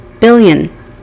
billion